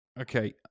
Okay